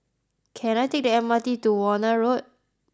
can I take the M R T to Warna Road